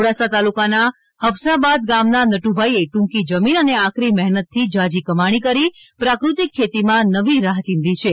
મોડાસા તાલુકાના હફસાબાદ ગામના નટુભાઈએ ટૂંકી જમીન અને આકરી મહેનતથી ઝાઝી કમાણી કરી પ્રાક઼તિક ખેતીમાં નવી રાહ ચિંધી છે